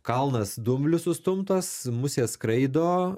kalnas dumblių sustumtas musės skraido